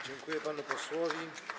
Dziękuję panu posłowi.